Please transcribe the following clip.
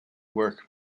work